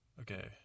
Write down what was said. Okay